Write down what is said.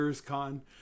con